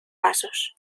pasos